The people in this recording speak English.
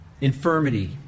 infirmity